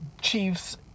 Chiefs